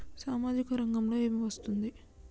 సామాజిక రంగంలో ఏమి వస్తుంది?